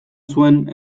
zuen